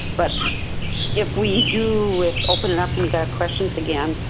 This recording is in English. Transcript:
but if we do with open it up and he got a questions again,